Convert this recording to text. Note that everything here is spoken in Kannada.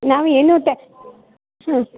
ನಾವು ಏನು ತೆ ಹಾಂ